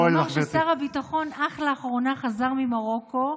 אני אומר ששר הביטחון אך לאחרונה חזר ממרוקו,